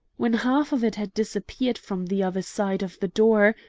when half of it had disappeared from the other side of the door,